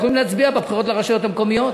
הם יכולים להצביע בבחירות לרשויות המקומיות,